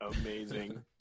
amazing